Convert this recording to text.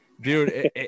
Dude